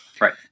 Right